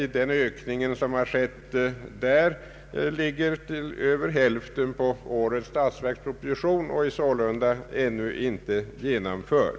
Den ökning som skett där ligger emellertid till mer än hälften på årets statsverksproposition och är sålunda ännu inte genomförd.